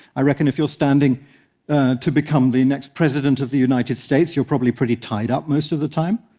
i reckon if you're standing to become the next president of the united states, you're probably pretty tied up most of the time,